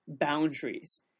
boundaries